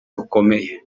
bukomeye